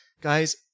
guys